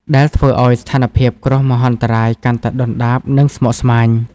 ដែលធ្វើឱ្យស្ថានភាពគ្រោះមហន្តរាយកាន់តែដុនដាប និងស្មុគស្មាញ។